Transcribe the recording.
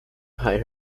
hire